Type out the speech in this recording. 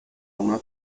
una